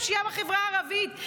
הפשיעה בחברה הערבית.